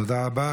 תודה רבה.